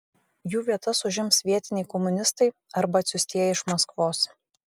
jų vietas užims vietiniai komunistai arba atsiųstieji iš maskvos